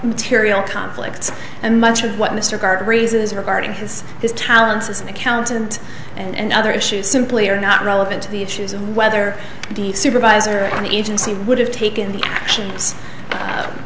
material conflicts and much of what mr gard raises regarding his his talents as an accountant and other issues simply are not relevant to the issues of whether the supervisor and agency would have taken the actions